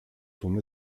son